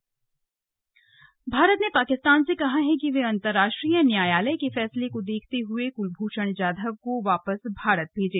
slug Kulbhushan Jadhav Bharat ने पाकिस्तान से कहा है कि वह अंतरराष्ट्रीय न्यायालय के फैसले को देखते हुए कुलभूषण जाधव को वापस भारत भेजे